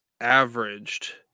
averaged